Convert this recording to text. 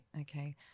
Okay